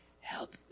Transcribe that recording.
help